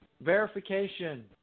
verification